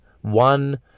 one